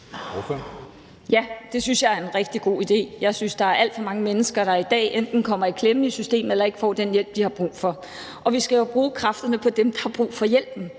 Ja, det synes jeg er en rigtig god idé. Jeg synes, der er alt for mange mennesker, der i dag enten kommer i klemme i systemet eller ikke får den hjælp, de har brug for, og vi skal jo bruge kræfterne på dem, der har brug for hjælpen.